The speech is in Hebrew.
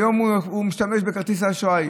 היום הוא משתמש בכרטיס אשראי,